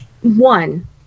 One